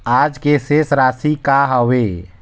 आज के शेष राशि का हवे?